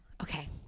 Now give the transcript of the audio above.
Okay